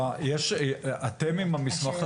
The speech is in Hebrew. תודה, אתם עם המסמך הזה עושים עוד משהו?